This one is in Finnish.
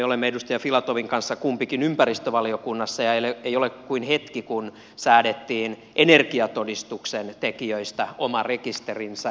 me olemme edustaja filatovin kanssa kumpikin ympäristövaliokunnassa ja ei ole kuin hetki siitä kun säädettiin energiatodistuksen tekijöistä oma rekisterinsä